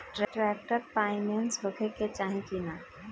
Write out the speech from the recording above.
Tractor पाईनेस होखे के चाही कि ना?